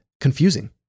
confusing